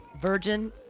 virgin